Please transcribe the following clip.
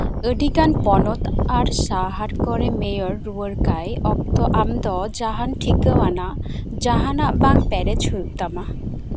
ᱟᱹᱰᱤᱜᱟᱱ ᱯᱚᱱᱚᱛ ᱟᱨ ᱥᱟᱦᱟᱨ ᱠᱚᱨᱮ ᱢᱮᱭᱚᱨ ᱨᱩᱣᱟᱹᱲ ᱠᱟᱭ ᱚᱠᱛᱚ ᱟᱢ ᱫᱚ ᱡᱟᱦᱟᱱ ᱴᱷᱤᱠᱟᱹᱣᱟᱱᱟᱜ ᱡᱟᱦᱟᱱᱟᱜ ᱵᱟᱝ ᱯᱮᱨᱮᱡᱽ ᱦᱩᱭᱩᱜ ᱛᱟᱢᱟ